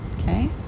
okay